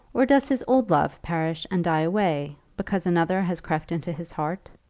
or does his old love perish and die away, because another has crept into his heart?